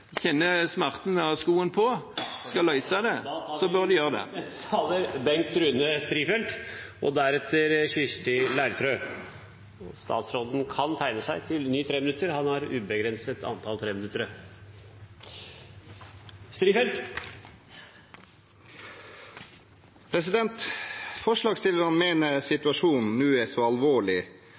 kjenner smerten ved å ha skoen på, løser det, så bør de gjøre det. Statsråden kan tegne seg til nytt innlegg – han har ubegrenset antall treminuttersinnlegg. Forslagsstillerne mener situasjonen nå er så alvorlig